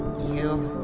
you.